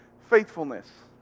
faithfulness